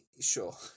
Sure